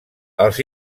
els